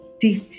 teach